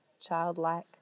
childlike